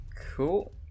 Cool